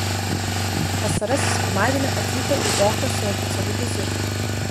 pastarasis pirmadienį atvyko į dohą su oficialiu vizitu